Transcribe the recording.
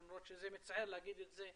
למרות שזה מצער להגיד את זה,